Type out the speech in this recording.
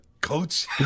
Coach